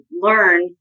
learn